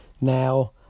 Now